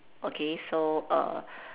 okay so